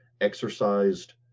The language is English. exercised